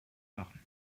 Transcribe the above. lachen